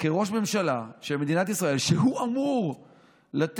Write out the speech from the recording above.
כראש ממשלה של מדינת ישראל, שהוא אמור לתת,